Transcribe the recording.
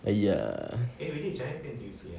!aiya!